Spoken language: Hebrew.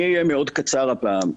אני אהיה מאוד קצר הפעם.